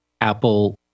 Apple